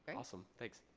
awesome. thanks.